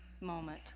moment